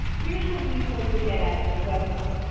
here's what we hope you'll get out of this webinar.